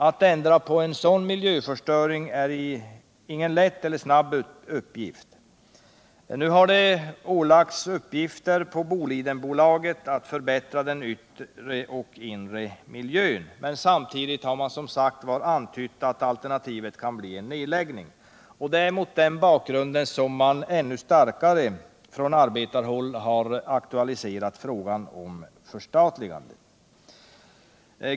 Att ändra på en sådan miljöförstöring är ingen lätt eller snabbt avklarad uppgift. Nu har Bolidenbolaget ålagts att förbättra den inre och yttre miljön, men samtidigt har det alltså antytts att alternativet kan bli en nedläggning. Det är mot denna bakgrund som man från arbetarhåll starkare aktualiserat frågan om ett förstatligande.